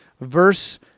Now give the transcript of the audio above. verse